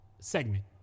segment